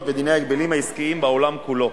בדיני ההגבלים העסקיים בעולם כולו.